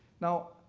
now,